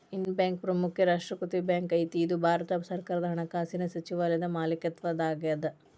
Indian Bank ಪ್ರಮುಖ ರಾಷ್ಟ್ರೇಕೃತ bank ಐತಿ ಇದು ಭಾರತ ಸರ್ಕಾರದ ಹಣಕಾಸಿನ್ ಸಚಿವಾಲಯದ ಮಾಲೇಕತ್ವದಾಗದ